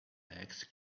legs